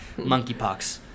monkeypox